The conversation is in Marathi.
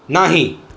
नाही